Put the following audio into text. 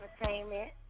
Entertainment